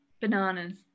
Bananas